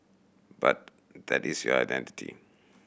but that is your identity